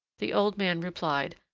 the old man replied,